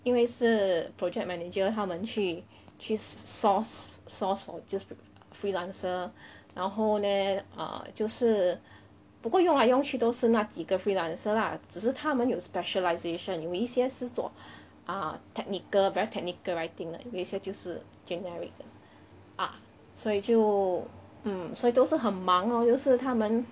因为是 project manager 他们去去 source source for just a freelancer 然后 leh uh 就是不过用来用去都是那几个 freelancer 啦只是他们有 specialisation 有一些是做 uh technical very technical writing 的有一些就是 generic 的 uh 所以就 mm 所以都是很忙 loh 就是他们